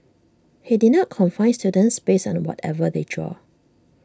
he did not confine students based on whatever they drew